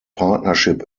partnership